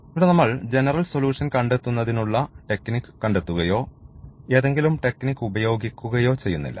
ഇവിടെ നമ്മൾ സൊല്യൂഷൻ കണ്ടെത്തുന്നതിന്ഉള്ള ടെക്നിക് വിദ്യകൾ കണ്ടെത്തുകയോ ഏതെങ്കിലും ടെക്നിക് വിദ്യകൾ ഉപയോഗിക്കുകയോ ചെയ്യുന്നില്ല